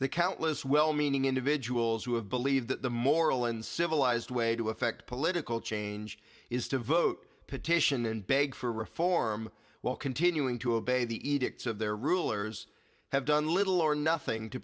the countless well meaning individuals who have believed that the moral and civilized way to effect political change is to vote petition and beg for reform while continuing to obey the edicts of their rulers have done little or nothing to